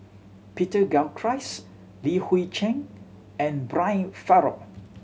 Peter Gilchrist Li Hui Cheng and Brian Farrell